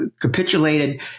capitulated